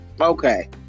okay